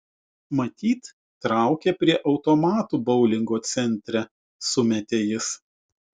matyt traukia prie automatų boulingo centre sumetė jis